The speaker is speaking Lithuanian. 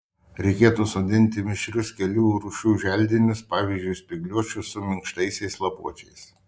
reikėtų sodinti mišrius kelių rūšių želdinius pavyzdžiui spygliuočius su minkštaisiais lapuočiais